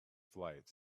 flight